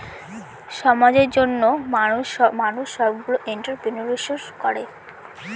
সমাজের জন্য মানুষ সবগুলো এন্ট্রপ্রেনিউরশিপ করে